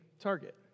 target